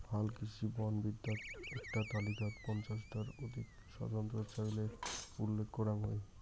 হালকৃষি বনবিদ্যাত এ্যাকটা তালিকাত পঞ্চাশ টার অধিক স্বতন্ত্র চইলের উল্লেখ করাং হই